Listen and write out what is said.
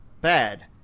Bad